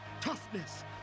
Toughness